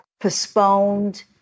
postponed